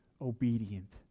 obedient